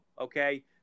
okay